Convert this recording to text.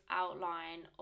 outline